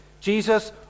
Jesus